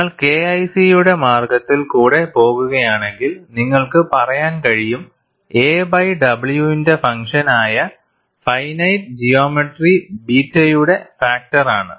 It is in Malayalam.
നിങ്ങൾ KIC യുടെ മാർഗ്ഗത്തിൽ കൂടെ പോകുകയാണെങ്കിൽ നിങ്ങൾക്ക് പറയാൻ കഴിയും a ബൈ w ന്റെ ഫങ്ക്ഷൻ ആയ ഫൈനൈറ്റ് ജിയോമേറ്ററി ബീറ്റയുടെ ഫാക്ടർ ആണ്